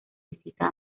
visita